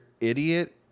idiot